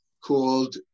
called